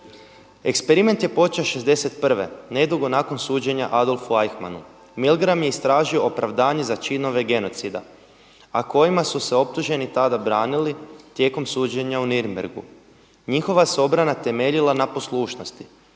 Eksperiment je počeo '61. nedugo nakon suđenja Adolfu Eichmannu. Milgram je istražio opravdanje za činove genocida, a kojima su se optuženi tada branili tijekom suđenja u Nürnbergu. Njihova se obrana temeljila na poslušnosti.